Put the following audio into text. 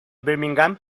birmingham